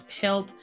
health